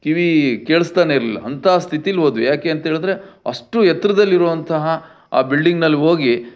ಕಿವಿ ಕೇಳ್ಸ್ತಾನೆ ಇರ್ಲಿಲ್ಲ ಅಂಥ ಸ್ಥಿತೀಲಿ ಹೋದ್ವಿ ಯಾಕೆಂತೇಳಿದ್ರೆ ಅಷ್ಟು ಎತ್ತರದಲ್ಲಿರುವಂತಹ ಆ ಬಿಲ್ಡಿಂಗ್ನಲ್ಲಿ ಹೋಗಿ